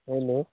hello